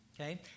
okay